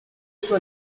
suo